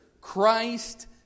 Christ